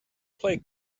play